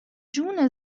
جون